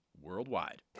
worldwide